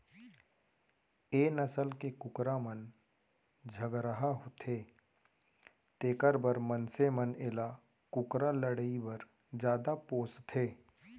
ए नसल के कुकरा मन झगरहा होथे तेकर बर मनसे मन एला कुकरा लड़ई बर जादा पोसथें